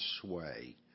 sway